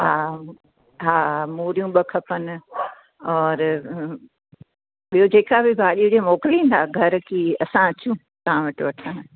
हा हा मूरियूं ॿ खपनि और ॿियूं जेका बि भाॼी हुजे मोकिलींदा घरु की असां अचूं तव्हां वटि वठण